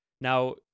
Now